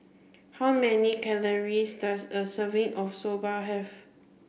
how many calories does a serving of Soba have